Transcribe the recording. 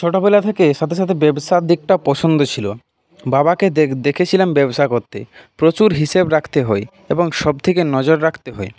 ছোটবেলা থেকে সাথে সাথে ব্যাবসার দিকটাও পছন্দ ছিল বাবাকে দেখেছিলাম ব্যবসা করতে প্রচুর হিসেব রাখতে হয় এবং সব দিকে নজর রাখতে হয়